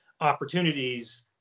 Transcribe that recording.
opportunities